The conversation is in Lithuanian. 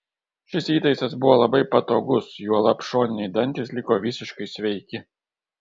šis įtaisas buvo labai patogus juolab šoniniai dantys liko visiškai sveiki